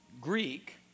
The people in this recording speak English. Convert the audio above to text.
Greek